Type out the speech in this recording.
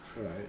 Right